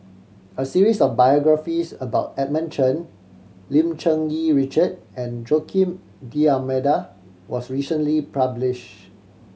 a series of biographies about Edmund Chen Lim Cherng Yih Richard and Joaquim D'Almeida was recently published